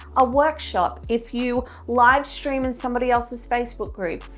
a workshop, if you live stream in somebody else's facebook group,